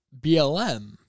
BLM